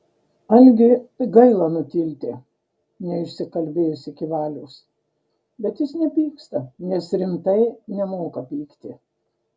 algiui gaila nutilti neišsikalbėjus iki valios bet jis nepyksta nes rimtai nemoka pykti